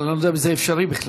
אבל אני לא יודע אם זה אפשרי בכלל.